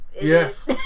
yes